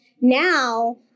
now